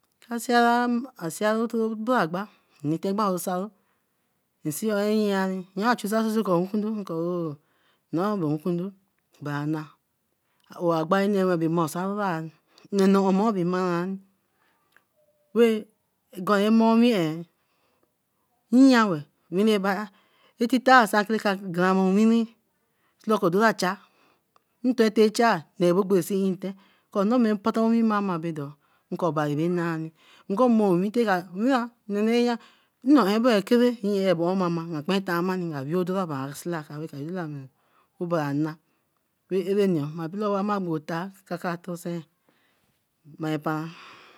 asieru to agba, ns nyari wekondo ko wekondo bra na agba. Ogba mai mai osaro rah, nonu omo bae maran wey a mor win eh, nya weeh dorokor odora cha, ntete cha, see ogbere see nten. Mpata owin mai bado, nko obari bae nae ni, nmowi nonnee ra jah. Nno akere abo nka kparan tamani nga weeh odo ba osinaka obari a nah areni oo, ma bala owai rai bo tai ma bere paen.